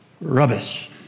rubbish